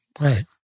Right